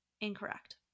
Incorrect